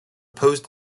proposed